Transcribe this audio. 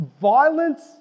violence